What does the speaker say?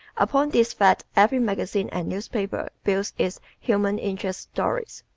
upon this fact every magazine and newspaper builds its human interest stories.